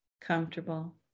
comfortable